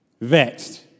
vexed